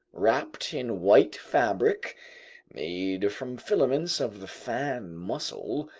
wrapped in white fabric made from filaments of the fan mussel,